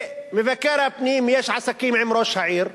למבקר הפנים יש עסקים עם ראש העיר,